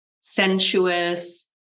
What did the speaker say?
sensuous